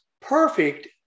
perfect